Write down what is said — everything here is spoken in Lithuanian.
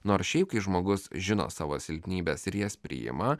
nors šiaip kai žmogus žino savo silpnybes ir jas priima